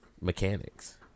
mechanics